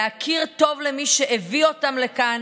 להכיר טוב למי שהביא אותם לכאן,